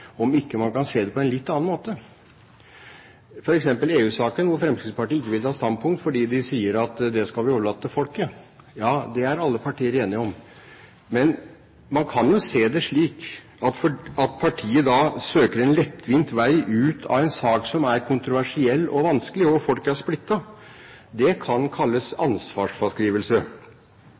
om ikke man kan se det på en litt annen måte. Ta f.eks. EU-saken, hvor Fremskrittspartiet ikke vil ta standpunkt fordi de sier at det skal vi overlate til folket. Ja, det er alle partier enige om. Men man kan jo se det slik at når partiet søker en lettvint vei ut av en sak som er kontroversiell og vanskelig, og hvor folket er splittet, kan det kalles ansvarsfraskrivelse.